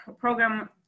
program